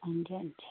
ठीक ऐ